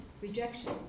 rejection